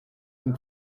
jim